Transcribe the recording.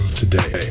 today